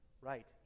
Right